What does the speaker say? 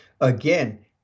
again